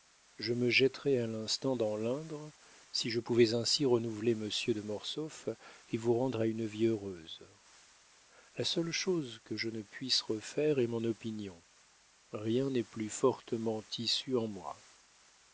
je me jetterais à l'instant dans l'indre si je pouvais ainsi renouveler monsieur de mortsauf et vous rendre à une vie heureuse la seule chose que je ne puisse refaire est mon opinion rien n'est plus fortement tissu en moi